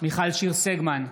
מיכל שיר סגמן,